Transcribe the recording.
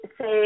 say